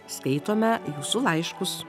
skaitome jūsų laiškus